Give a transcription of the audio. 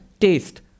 taste